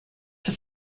for